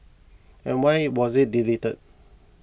and why was it deleted